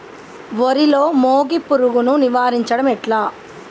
వరిలో మోగి పురుగును నివారించడం ఎట్లా?